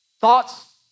Thoughts